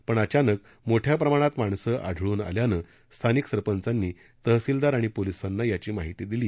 पण अचानक मोठ्या प्रमाणात माणसं आढळून आल्यानं स्थानिक सरपंचांनी तहसिलदार आणि पोलिसांना याची माहिती दिली